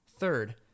Third